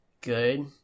good